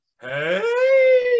hey